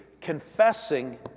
confessing